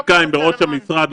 יש פוליטיקאים בראש המשרד,